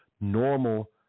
normal